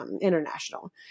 international